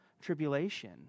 tribulation